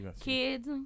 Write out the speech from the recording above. kids